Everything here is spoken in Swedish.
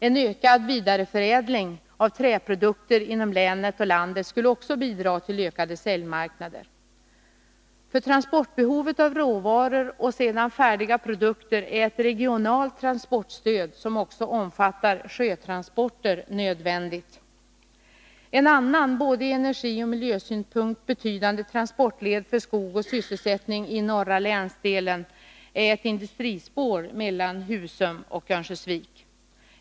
En ökad vidareförädling av träprodukter inom länet och landet skulle också bidra till vidgade säljmarknader. För transporten av råvaror och sedan färdiga produkter är ett regionalt transportstöd som också omfattar sjötransporter nödvändigt. En annan från både energioch miljösynpunkt betydande transportled för skog och sysselsättning i norra länsdelen är ett industrispår mellan Husum och Örnsköldsvik.